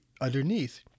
underneath